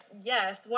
Yes